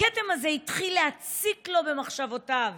והכתם הזה התחיל להציק לו במחשבותיו